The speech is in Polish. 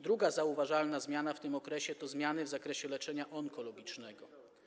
Druga zauważalna zmiana w tym okresie to zmiany w zakresie leczenia onkologicznego.